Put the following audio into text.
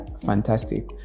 Fantastic